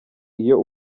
iyo